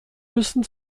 müssen